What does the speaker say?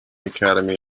academy